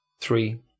three